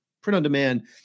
print-on-demand